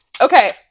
Okay